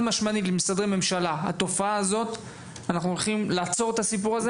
משמעית אנחנו הולכים לעצור את התופעה הזו.